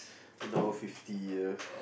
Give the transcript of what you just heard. ten hour fifty ya